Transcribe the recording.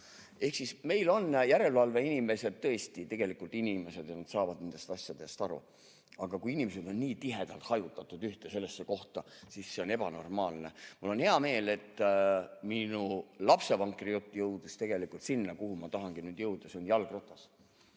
Ehk siis meil on järelevalveinimesed tõesti inimesed, kes saavad nendest asjadest aru. Aga kui inimesed on nii tihedalt [surutud] ühte kohta, siis see on ebanormaalne. Mul on hea meel, et minu lapsevankrijutt jõudis tegelikult sinna, kuhu ma tahangi jõuda, see on jalgratas.